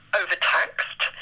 overtaxed